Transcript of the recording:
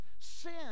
sin